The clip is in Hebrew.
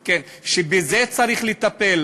כן, שבזה צריך לטפל.